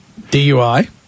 DUI